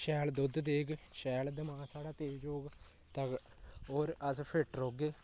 शैल दोद्ध देग शैल दमाग साढ़ा तेज होग तगड़ा होर अस फिट रौह्गे